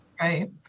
Right